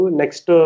next